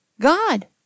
God